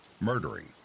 murdering